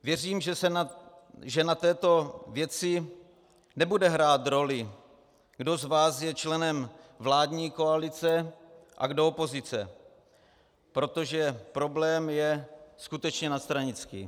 Věřím, že v této věci nebude hrát roli, kdo z vás je členem vládní koalice a kdo opozice, protože problém je skutečně nadstranický.